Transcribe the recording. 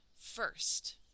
first